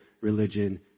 religion